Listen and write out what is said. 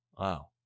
Wow